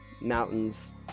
mountains